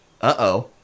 uh-oh